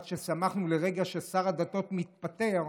עד ששמחנו לרגע ששר הדתות מתפטר,